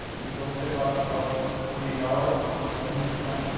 we still ship out guitars within forty eight hours and we just like.